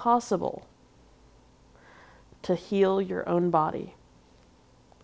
possible to heal your own body